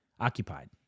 Occupied